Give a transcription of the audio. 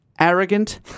Arrogant